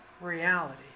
reality